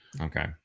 okay